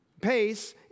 pace